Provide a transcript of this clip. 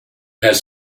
has